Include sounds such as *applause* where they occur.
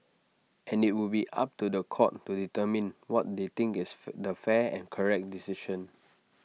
and IT would be up to The Court to determine what they think is *noise* the fair and correct decision